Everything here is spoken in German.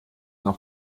noch